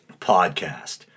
podcast